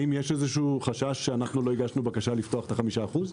האם יש איזשהו חשש שאנחנו לא הגשנו בקשה לפתוח את ה-5%?